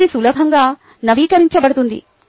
ఇది సులభంగా నవీకరించబడుతుంది